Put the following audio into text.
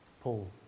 Paul